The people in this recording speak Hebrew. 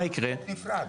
אפשר לעשות חוק נפרד.